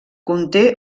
conté